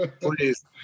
please